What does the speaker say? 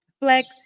Flex